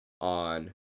on